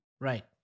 Right